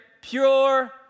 pure